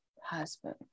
husband